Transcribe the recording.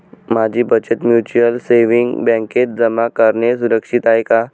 माझी बचत mutual savings बँकेत जमा करणे सुरक्षित आहे का